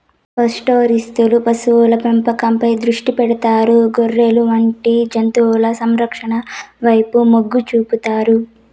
పాస్టోరలిస్టులు పశువుల పెంపకంపై దృష్టి పెడతారు, గొర్రెలు వంటి జంతువుల సంరక్షణ వైపు మొగ్గు చూపుతారు